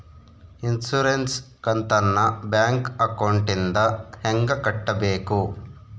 Insurance ಕಂತನ್ನ bank ಅಕೌಂಟಿಂದ ಹೆಂಗ ಕಟ್ಟಬೇಕು?